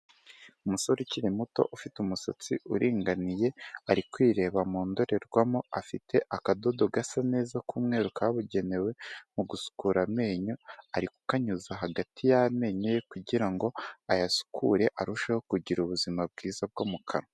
Umusore ukiri muto ufite umusatsi uringaniye, ari kwireba mu ndorerwamo. Afite akadodo gasa neza k' umweru kabugenewe mu gusukura amenyo. Ari kukanyuza hagati y'amenyo ye kugira ngo ayasukure arusheho kugira ubuzima bwiza bwo mu kanwa.